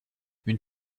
une